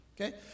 okay